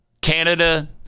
Canada